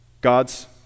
God's